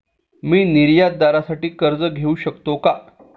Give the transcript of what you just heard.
मी निर्यातदारासाठी कर्ज घेऊ शकतो का?